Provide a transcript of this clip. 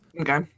Okay